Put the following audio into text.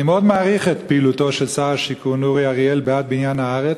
אני מאוד מעריך את פעילותו של שר השיכון אורי אריאל בעד בניין הארץ,